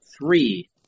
three